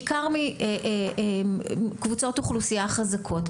בעיקר קבוצות אוכלוסייה חזקות.